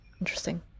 Interesting